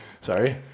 sorry